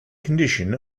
condition